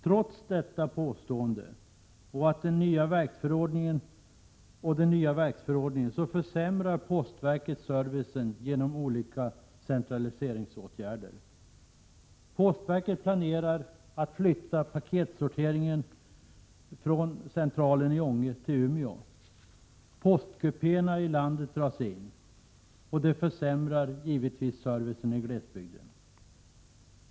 Trots detta påstående och trots den nya verksförordningen försämrar postverket servicen genom olika centraliseringsåtgärder. Postverket planerar att flytta paketsorteringen från nuvarande central i Ånge till Umeå. Postkupéerna i landet dras in. Det försämrar givetvis servicen i glesbygden.